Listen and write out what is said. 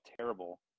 terrible